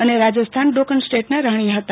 અને રાજસ્થાન ડોકન સ્ટેટના રાણી હતા